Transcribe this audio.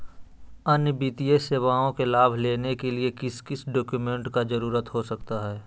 अन्य वित्तीय सेवाओं के लाभ लेने के लिए किस किस डॉक्यूमेंट का जरूरत हो सकता है?